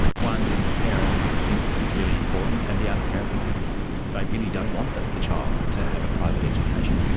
one parent thinks this is really important, and the other parent thinks it's, they really don't want the the child to have a private education.